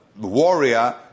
warrior